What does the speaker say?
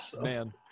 Man